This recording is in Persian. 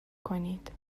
کنید